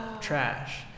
trash